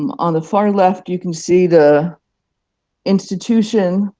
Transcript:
um on the far left, you can see the institution,